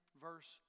verse